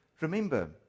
Remember